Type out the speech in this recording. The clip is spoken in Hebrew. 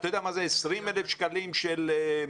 אתה יודע מה זה 20,000 ₪ של מלגות?